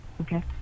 Okay